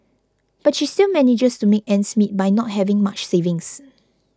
but she still manages to make ends meet by not having much savings